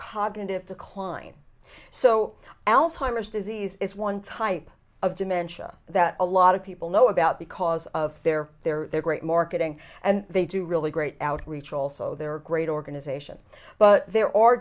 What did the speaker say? cognitive decline so alzheimer's disease is one type of dementia that a lot of people know about because of their their great marketing and they do really great outreach also there are great organization but there are